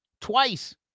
twice